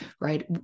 right